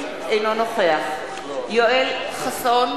אינו נוכח יואל חסון,